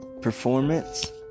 performance